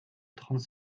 trente